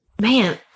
Man